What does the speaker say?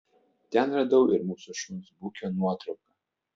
ten radau ir mūsų šuns bukio nuotrauką